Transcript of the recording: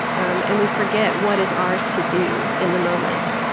um and we forget what is ours to do in the moment.